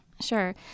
Sure